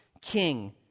king